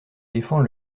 défends